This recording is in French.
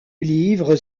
livres